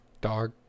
Dog